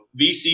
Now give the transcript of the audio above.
VC